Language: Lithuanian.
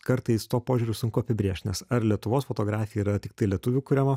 kartais tuo požiūriu sunku apibrėžt ar lietuvos fotografija yra tiktai lietuvių kuriama